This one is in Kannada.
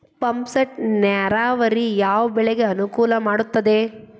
ಪಂಪ್ ಸೆಟ್ ನೇರಾವರಿ ಯಾವ್ ಬೆಳೆಗೆ ಅನುಕೂಲ ಮಾಡುತ್ತದೆ?